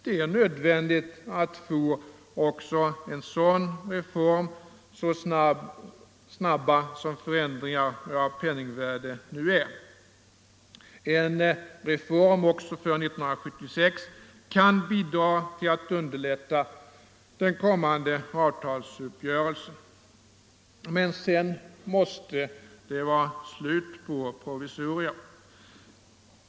Det är också nödvändigt att snarast få en sådan reform, så snabba som förändringarna av penningvärdet nu är. En reform även för 1976 kan bidra till att underlätta den kommande avtalsrörelsen. Men sedan måste det vara slut med provisorier.